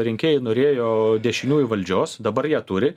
rinkėjai norėjo dešiniųjų valdžios dabar ją turi